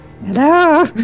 Hello